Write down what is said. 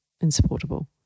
insupportable